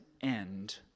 end